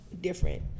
different